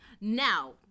Now